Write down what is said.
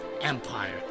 Empire